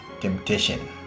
temptation